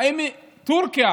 האם טורקיה